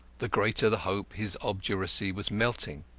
the greater the hope his obduracy was melting.